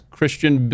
Christian